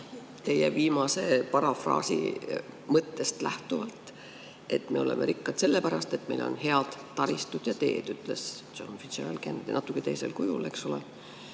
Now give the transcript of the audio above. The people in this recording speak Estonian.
teie viimase parafraasi mõttest, et me oleme rikkad sellepärast, et meil on head taristud ja teed, nagu John Fitzgerald Kennedy natuke teisel kujul ütles, eks ole.